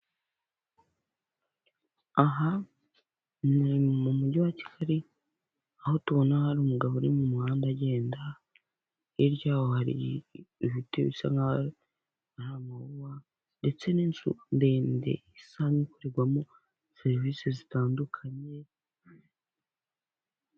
Aha ni mu mujyi wa Kigali, aho tubona hari umugabo uri mu muhanda agenda. Hirya yaho hari ibiti bisa nk'aho ari amawuwa, ndetse n'inzu ndende isa nk'ikorerwamo serivisi zitandukanye...